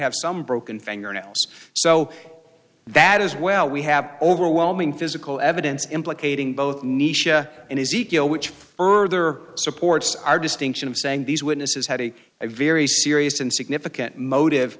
have some broken fingernails so that as well we have overwhelming physical evidence implicating both nisha and his ego which further supports our distinction of saying these witnesses had a very serious